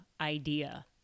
idea